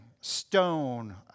stone